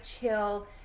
chill